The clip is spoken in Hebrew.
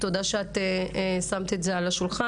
תודה ששמת את זה על השולחן,